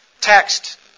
text